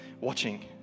watching